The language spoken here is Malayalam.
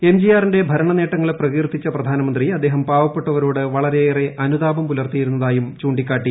എംജിആറിന്റെ ഭരണനേട്ടങ്ങളെ പ്രകീർത്തിച്ച പ്രധാനമന്ത്രി അദ്ദേഹം പാവപ്പെട്ടവരോട് വളരെയേറെ അനുതാപം പുലർത്തിയിരുന്നതായും ചൂണ്ടിക്കാട്ടി